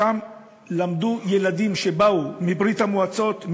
שם למדו ילדים שבאו מברית-המועצות,